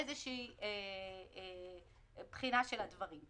אני חושבת שבסופו של דבר,